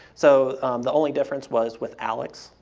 so the only difference was with alex,